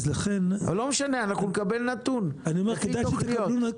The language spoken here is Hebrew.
אבל לא משנה, אנחנו נקבל נתון לפי תוכניות.